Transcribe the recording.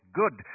good